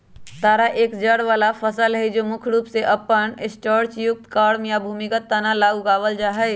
तारा एक जड़ वाला फसल हई जो मुख्य रूप से अपन स्टार्चयुक्त कॉर्म या भूमिगत तना ला उगावल जाहई